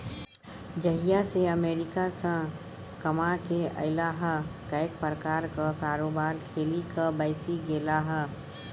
जहिया सँ अमेरिकासँ कमाकेँ अयलाह कैक प्रकारक कारोबार खेलिक बैसि गेलाह